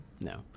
No